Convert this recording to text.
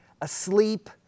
asleep